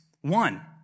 One